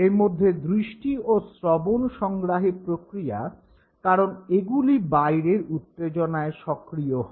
এর মধ্যে দৃষ্টি ও শ্রবণ সংগ্রাহী প্রক্রিয়া কারন এগুলি বাইরের উত্তেজনায় সক্রিয় হয়